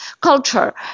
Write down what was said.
culture